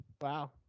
Wow